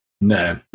No